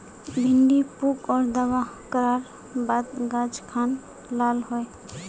भिन्डी पुक आर दावा करार बात गाज खान लाल होए?